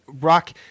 rock